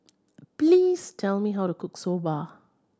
please tell me how to cook Soba